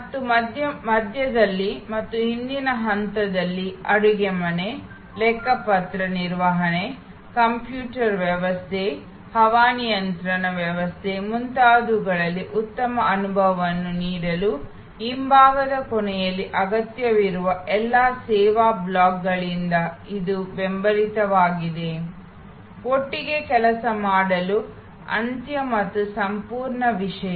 ಮತ್ತು ಮಧ್ಯದಲ್ಲಿ ಮತ್ತು ಹಿಂದಿನ ಹಂತದಲ್ಲಿ ಅಡುಗೆಮನೆ ಲೆಕ್ಕಪತ್ರ ನಿರ್ವಹಣೆ ಕಂಪ್ಯೂಟರ್ ವ್ಯವಸ್ಥೆ ಹವಾನಿಯಂತ್ರಣ ವ್ಯವಸ್ಥೆ ಮುಂತಾದವುಗಳಲ್ಲಿ ಉತ್ತಮ ಅನುಭವವನ್ನು ನೀಡಲು ಹಿಂಭಾಗದ ಕೊನೆಯಲ್ಲಿ ಅಗತ್ಯವಿರುವ ಎಲ್ಲಾ ಸೇವಾ ಬ್ಲಾಕ್ಗಳಿಂದ ಇದು ಬೆಂಬಲಿತವಾಗಿದೆ ಒಟ್ಟಿಗೆ ಕೆಲಸ ಮಾಡಲು ಅಂತ್ಯ ಮತ್ತು ಈ ಸಂಪೂರ್ಣ ವಿಷಯ